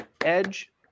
Edge